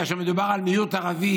כאשר מדובר על מיעוט ערבי,